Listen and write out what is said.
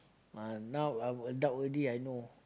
uh now I adult already I know